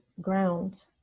ground